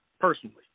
personally